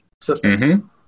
system